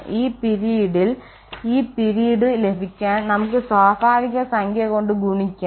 ഈ പിരീഡിൽ ഈ പിരീഡ് ലഭിക്കാൻ നമുക്ക് സ്വാഭാവിക സംഖ്യ കൊണ്ട് ഗുണിക്കാം